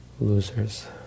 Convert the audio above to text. losers